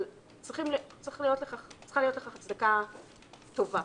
אבל צריכה להיות לכך הצדקה טובה.